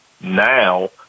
Now